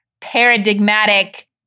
paradigmatic